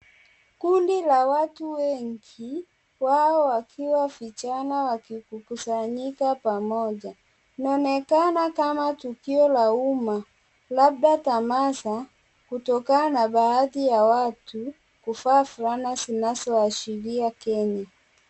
Kundi la watu wengi, wao wakiwa vijana wakikusanyika pamoja. Inaonekana kama tukio la umma, labda tamasha, kutokana na baadhi ya watu kuvaa fulana zinazoashiria Kenya.